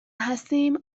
هستیم